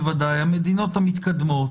בוודאי המדינות המתקדמות,